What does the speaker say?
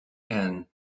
and